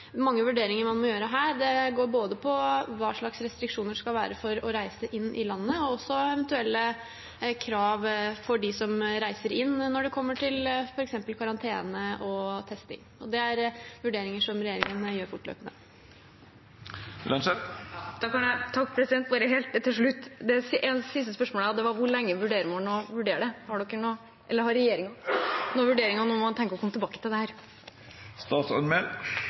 mange vurderinger man må gjøre her. Det går både på hva slags restriksjoner det skal være for å reise inn i landet, og også eventuelle krav for dem som reiser inn, når det gjelder f.eks. karantene og testing. Det er vurderinger som regjeringen gjør fortløpende. Helt til slutt et siste spørsmål: Hvor lenge vurderer man å vurdere det? Har regjeringen noen vurdering av når man tenker å komme tilbake til dette? Vi vil komme tilbake så snart som mulig, og representanten behøver ikke å vente lenge. Det